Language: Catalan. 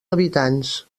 habitants